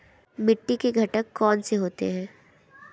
मिट्टी के घटक कौन से होते हैं?